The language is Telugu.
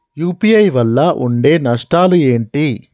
యూ.పీ.ఐ వల్ల ఉండే నష్టాలు ఏంటి??